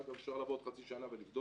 אגב, אפשר לבוא עוד חצי שנה ולבדוק.